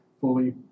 fully